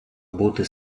бути